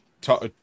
talk